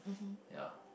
yeah